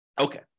Okay